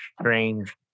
strange